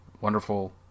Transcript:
wonderful